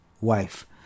wife